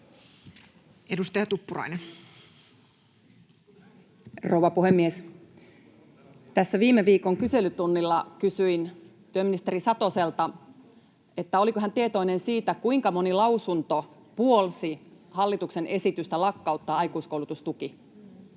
Time: 16:32 Content: Rouva puhemies! Viime viikon kyselytunnilla kysyin työministeri Satoselta, oliko hän tietoinen siitä, kuinka moni lausunto puolsi hallituksen esitystä lakkauttaa aikuiskoulutustuki.